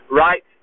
right